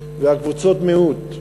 וקבוצות המיעוט,